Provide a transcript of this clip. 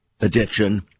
addiction